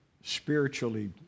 spiritually